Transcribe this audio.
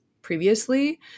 previously